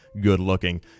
good-looking